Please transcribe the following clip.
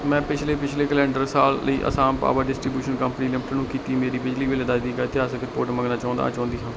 ਮੈਂ ਪਿਛਲੇ ਪਿਛਲੇ ਕੈਲੰਡਰ ਸਾਲ ਲਈ Assam power distribution company limited ਨੂੰ ਕੀਤੀ ਮੇਰੀ ਬਿਜਲੀ ਬਿੱਲ ਅਦਾਇਗੀ ਦਾ ਇਤਿਹਾਸਕ ਰਿਪੋਰਟ ਮੰਗਣਾ ਚਾਹੁੰਦਾ ਚਾਹੁੰਦੀ ਹਾਂ